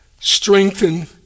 strengthen